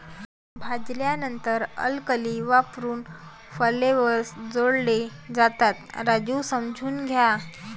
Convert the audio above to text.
भाजल्यानंतर अल्कली वापरून फ्लेवर्स जोडले जातात, राजू समजून घ्या